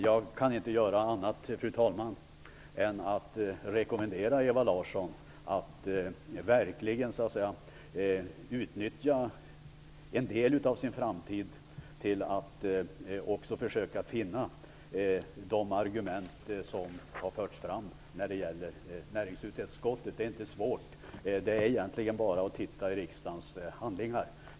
Jag kan inte annat än rekommendera Ewa Larsson att verkligen utnyttja en del av sin framtid till att också försöka finna de argument som förts fram när det gäller näringsutskottet. Det är inte svårt. Egentligen handlar det bara om att titta i riksdagens handlingar.